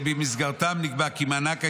שבמסגרתן נקבע כי מענק הסתגלות,